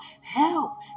help